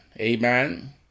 amen